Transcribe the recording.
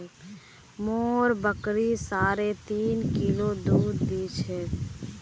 मोर बकरी साढ़े तीन किलो दूध दी छेक